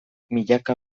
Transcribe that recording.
milaka